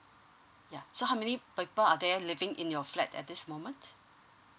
yeah so how many people are there living in your flat at this moment